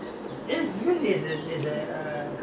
after school lah how much you all get